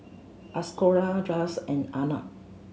Ashoka Raj and Arnab